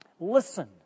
listen